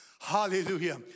Hallelujah